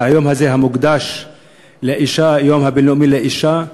והיום הזה, המוקדש לאישה, היום הבין-לאומי לאישה,